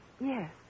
Yes